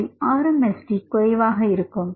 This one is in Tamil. இதில் RMSD குறைவாக இருக்கும்